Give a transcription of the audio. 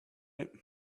right